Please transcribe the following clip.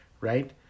right